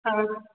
हा